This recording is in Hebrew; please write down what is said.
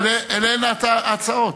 אלה הן ההצעות.